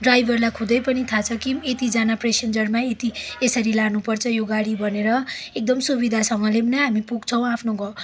ड्राइभरलाई खुदै पनि थाहा छ कि यतिजना पेसेन्जरमा यति यसरी लानुपर्छ यो गाडी भनेर एकदम सुविधासँगले नै हामी पुग्छौँ आफ्नो घर